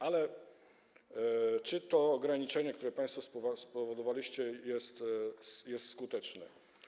Ale czy to ograniczenie, które państwo spowodowaliście, jest skuteczne?